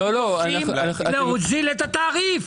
אנחנו רוצים להוזיל את התעריף.